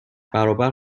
برابر